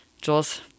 Jules